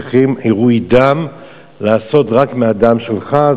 צריכים לעשות עירוי דם רק מהדם שלך.